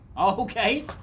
Okay